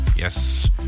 yes